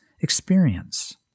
experience